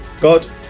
God